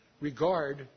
regard